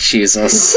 Jesus